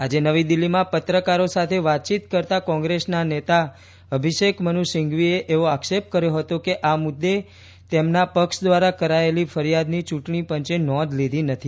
આજે નવી દિલ્હીમાં પત્રકારો સાથે વાતચીત કરતા કોંગ્રેસના નેતા અભિષેક મનુસિંઘવીએ એવો આક્ષેપ કર્યો હતો કે આ મુદ્દે તેમના પક્ષ દ્વારા કરાયેલી ફરિયાદની ચૂંટણી પંચે નોંધ લીધી નથી